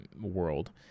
world